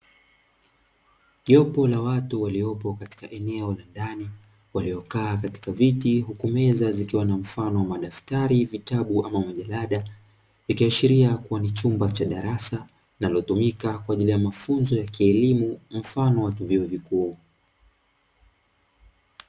Jopo la watu walioko katika eneo la ndani waliokaa kwenye viti, huku meza zikiwa na mfano wa daftari, vitabu au majalada, ikiashiria kuwa ni chumba cha darasa linalotumika kwa ajili ya mafunzo ya kielimu, mfano wa vyuo vikuu.